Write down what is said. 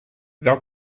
thou